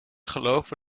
geloven